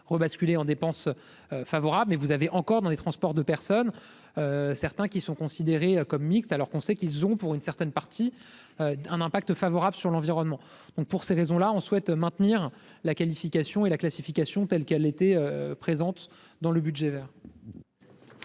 rebasculer en dépenses favorable mais vous avez encore dans les transports de personnes certains qui sont considérés comme mixte alors qu'on sait qu'ils ont pour une certaine partie un impact favorable sur l'environnement donc pour ces raisons-là, on souhaite maintenir la qualification et la classification telle qu'elle était présente dans le budget Vert.